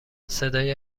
صدای